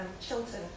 Chilton